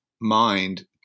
mind